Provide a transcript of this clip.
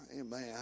amen